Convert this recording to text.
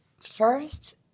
first